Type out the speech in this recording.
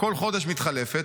בכל חודש מתחלפת,